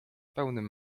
pełnym